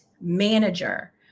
manager